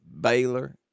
Baylor